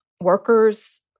workers